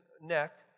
neck